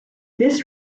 this